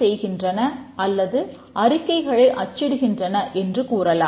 செய்கின்றன அல்லது அறிக்கைகளை அச்சிடுகின்றன என்று கூறலாம்